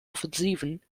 offensiven